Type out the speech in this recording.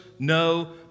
No